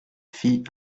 fit